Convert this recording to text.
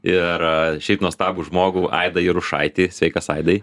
ir šiaip nuostabų žmogų aidą jarušaitį sveikas aidai